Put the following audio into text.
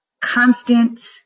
constant